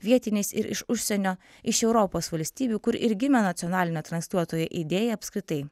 vietiniais ir iš užsienio iš europos valstybių kur ir gimė nacionalinio transliuotojo idėja apskritai